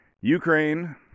Ukraine